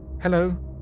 Hello